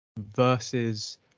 versus